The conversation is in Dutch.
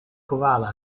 koala